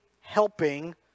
helping